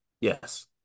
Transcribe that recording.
Yes